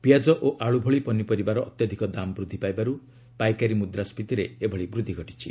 ପିଆଜ ଓ ଆଳୁ ଭଳି ପନିପାରିବାର ଅତ୍ୟଧିକ ଦାମ ବୃଦ୍ଧି ପାଇବାରୁ ପାଇକାରୀ ମୁଦ୍ରାଞ୍ଜିତିରେ ଏଭଳି ବୃଦ୍ଧି ଘଟିଛି